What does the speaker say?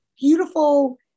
beautiful